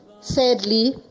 sadly